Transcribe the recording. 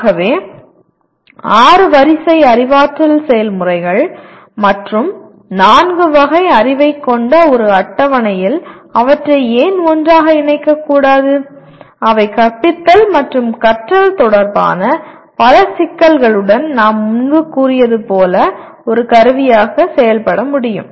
ஆகவே ஆறு வரிசை அறிவாற்றல் செயல்முறைகள் மற்றும் நான்கு வகை அறிவைக் கொண்ட ஒரு அட்டவணையில் அவற்றை ஏன் ஒன்றாக இணைக்கக்கூடாது அவை கற்பித்தல் மற்றும் கற்றல் தொடர்பான பல சிக்கல்களுடன் நாம் முன்பு கூறியது போல ஒரு கருவியாக செயல்பட முடியும்